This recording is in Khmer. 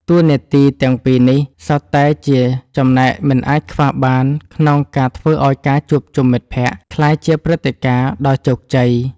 តួនាទីទាំងពីរនេះសុទ្ធតែជាចំណែកមិនអាចខ្វះបានក្នុងការធ្វើឱ្យការជួបជុំមិត្តភក្តិក្លាយជាព្រឹត្តិការណ៍ដ៏ជោគជ័យ។